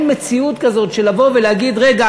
אין מציאות כזאת של לבוא ולהגיד: רגע,